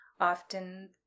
Often